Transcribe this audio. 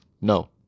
no